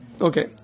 Okay